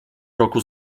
roku